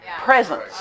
presence